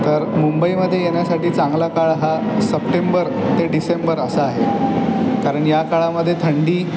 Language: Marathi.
तर मुंबईमध्ये येण्यासाठी चांगला काळ हा सप्टेंबर ते डिसेंबर असा आहे कारण या काळामध्ये थंडी